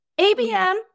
ABM